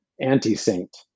anti-saint